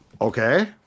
Okay